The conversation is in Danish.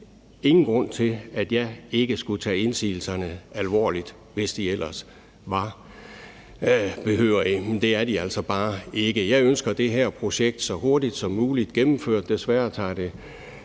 ingen grund til, at jeg ikke skulle tage indsigelserne alvorligt, hvis de ellers var behørige, men det er de altså bare ikke. Jeg ønsker det her projekt så hurtigt som muligt gennemført. Desværre tager det